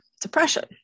depression